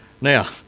Now